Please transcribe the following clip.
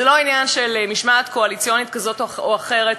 זה לא עניין של משמעת קואליציוניות כזאת או אחרת,